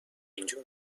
اینجا